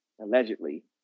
Allegedly